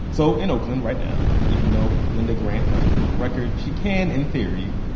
so in oakland right now, even though linda grant has a criminal record, she can, in theory,